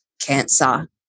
cancer